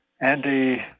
Andy